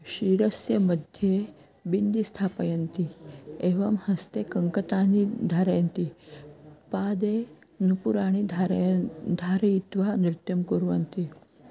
शिरसः मध्ये बिन्दि स्थापयन्ति एवं हस्ते कङ्कतानि धारयन्ति पादे नूपुराणि धारयन् धारयित्वा नृत्यं कुर्वन्ति